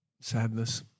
sadness